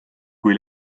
kui